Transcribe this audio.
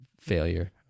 failure